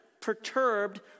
perturbed